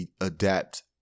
adapt